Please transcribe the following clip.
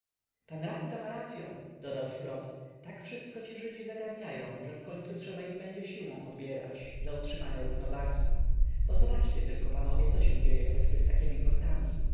ma racyą dodał szprot tak wszystko ci żydzi zagarniają że wkońcu trzeba im będzie siłą odbierać dla utrzymania równowagi bo zobaczcie tylko panowie co się dzieje choćby z takiemi kortami